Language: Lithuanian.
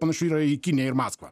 panašių yra į kiniją ir maskvą